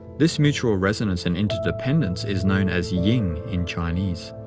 this mutual resonance and interdependence is known as ying in chinese,